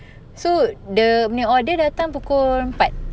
so dia punya order datang pukul empat